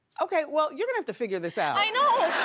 okay, well you're gonna have to figure this out. i know,